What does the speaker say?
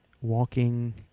Walking